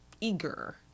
eager